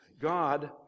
God